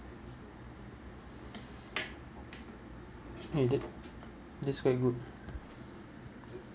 stilted this quite good